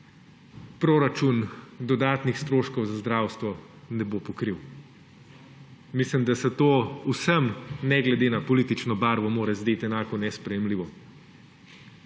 proračun dodatnih stroškov za zdravstvo ne bo pokril. Mislim, da se to vsem, ne glede na politično barvo, mora zdeti enako nesprejemljivo.